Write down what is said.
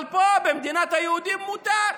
אבל פה, במדינת היהודים, מותר.